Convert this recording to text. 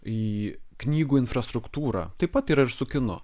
į knygų infrastruktūrą taip pat yra ir su kinu